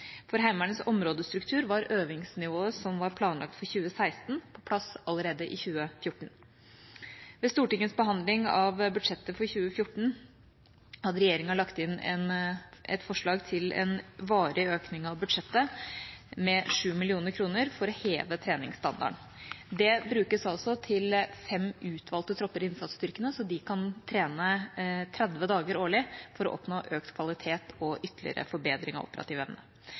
For Heimevernets områdestruktur var øvingsnivået som var planlagt for 2016, på plass allerede i 2014. Ved Stortingets behandling av budsjettet for 2014 hadde regjeringa lagt inn et forslag til en varig økning av budsjettet med 7 mill. kr for å heve treningsstandarden. Det brukes til fem utvalgte tropper i innsatsstyrkene, slik at de kan trene 30 dager årlig for å oppnå økt kvalitet og ytterligere forbedring av operativ evne.